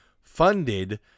funded